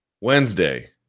Wednesday